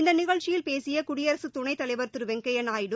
இந்த நிகழ்ச்சியில் பேசிய குடியரசுத் துணைத் தலைவர் திரு வெங்கய்யா நாயுடு